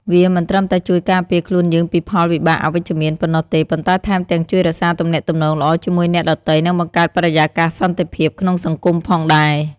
វាមិនត្រឹមតែជួយការពារខ្លួនយើងពីផលវិបាកអវិជ្ជមានប៉ុណ្ណោះទេ ប៉ុន្តែថែមទាំងជួយរក្សាទំនាក់ទំនងល្អជាមួយអ្នកដទៃ និងបង្កើតបរិយាកាសសន្តិភាពក្នុងសង្គមផងដែរ។